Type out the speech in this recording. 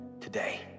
today